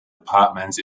apartments